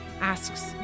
asks